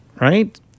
right